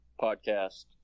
podcast